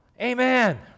amen